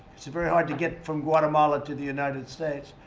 it's very hard to get from guatemala to the united states.